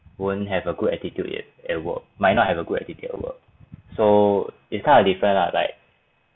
won't have a good attitude it at work might not have a good attitude at work so is kind of different lah like